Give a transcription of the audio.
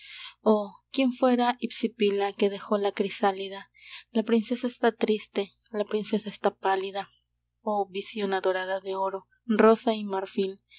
oh quién fuera hipsipila que dejó la crisálida la princesa está triste la princesa está pálida oh visión adorada de oro rosa y marfil